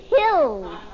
Hills